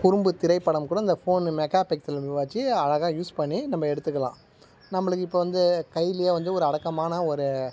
குறும்பு திரைப்படம் கூட இந்த ஃபோனு மெகா பிக்சலை வெச்சி அழகாக யூஸ் பண்ணி நம்ம எடுத்துக்கலாம் நம்மளுக்கு இப்போ வந்து கையிலேயே வந்து ஒரு அடக்கமான ஒரு